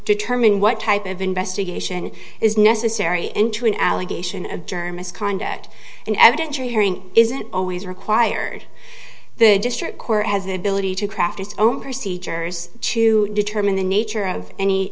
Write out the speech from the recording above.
determine what type of investigation is necessary into an allegation of germans conduct an evidentiary hearing isn't always required the district court has the ability to craft its own procedures to determine the nature of any